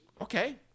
okay